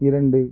இரண்டு